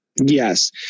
Yes